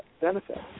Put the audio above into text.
benefits